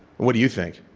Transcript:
what do you think?